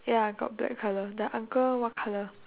ya got black colour the uncle what colour